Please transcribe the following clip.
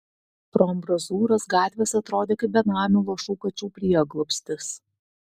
pro ambrazūras gatvės atrodė kaip benamių luošų kačių prieglobstis